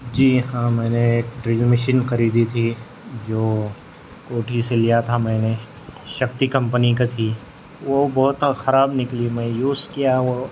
جی ہاں میں نے ایک ڈرل مشین خریدی تھی جو کوٹھی سے لیا تھا میں نے شکتی کمپنی کی تھی وہ بہت خراب نکلی میں یوز کیا وہ